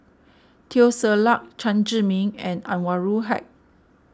Teo Ser Luck Chen Zhiming and Anwarul Haque